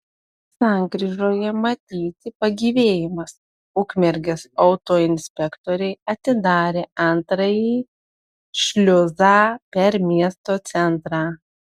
sankryžoje matyti pagyvėjimas ukmergės autoinspektoriai atidarė antrąjį šliuzą per miesto centrą